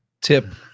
tip